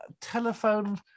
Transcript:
telephone